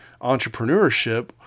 entrepreneurship